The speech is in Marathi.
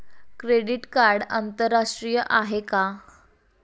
क्रेडिट कार्ड आंतरराष्ट्रीय आहे का?